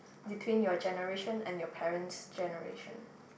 between your generation and your parents' generation